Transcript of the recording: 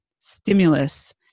stimulus